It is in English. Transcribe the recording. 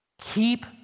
Keep